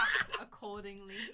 accordingly